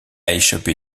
échappé